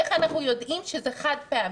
איך אנחנו יודעים שזה חד-פעמי,